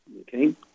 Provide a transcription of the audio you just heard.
Okay